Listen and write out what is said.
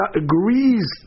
agrees